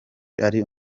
ari